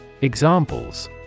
Examples